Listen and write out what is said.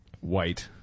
white